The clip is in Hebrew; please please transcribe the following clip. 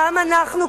גם אנחנו,